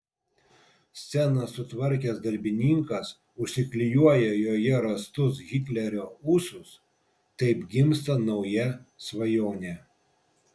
sceną sutvarkęs darbininkas užsiklijuoja joje rastus hitlerio ūsus taip gimsta nauja svajonė